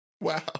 Wow